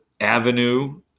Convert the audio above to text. avenue